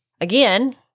Again